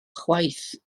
chwaith